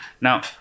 Now